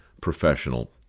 professional